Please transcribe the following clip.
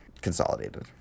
consolidated